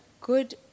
good